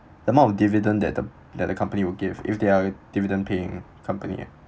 the amount of dividend that the that the company will give if they are dividend paying company